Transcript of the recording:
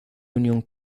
unión